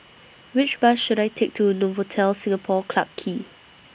Which Bus should I Take to Novotel Singapore Clarke Quay